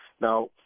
now